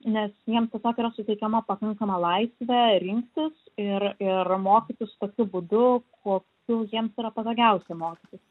nes jiems tiesiog yra suteikiama pakankama laisvė rinktis ir ir mokytis tokiu būdu kokiu jiems yra patogiausia mokytis